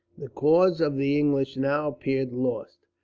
the cause of the english now appeared lost.